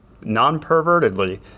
non-pervertedly